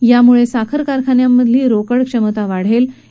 यामुळे साखर कारखान्यांमधली रोकड क्षमता वाढणार आहे